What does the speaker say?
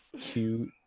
Cute